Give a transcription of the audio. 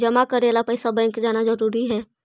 जमा करे ला पैसा बैंक जाना जरूरी है?